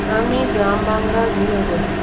আমি গ্রাম বাংলার গৃহবধূ